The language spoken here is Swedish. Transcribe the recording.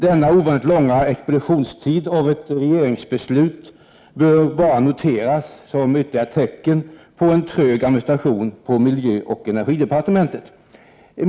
Denna ovanligt långa expeditionstid för ett regeringsbeslut bör bara noteras som ytterligare ett tecken på en mycket trög administration inom miljöoch energidepartementet.